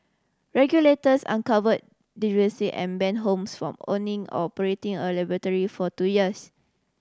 regulators uncover deficiency and ban Holmes from owning or operating a laboratory for two years